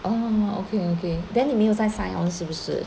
orh okay okay then 你没有再 sign on 是不是